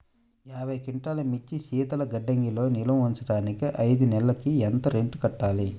యాభై క్వింటాల్లు మిర్చి శీతల గిడ్డంగిలో నిల్వ ఉంచటానికి ఐదు నెలలకి ఎంత రెంట్ కట్టాలి?